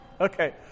Okay